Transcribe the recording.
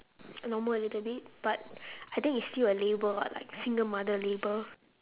normal little bit but I think it's still a label [what] like single mother label